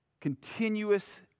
continuous